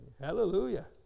Hallelujah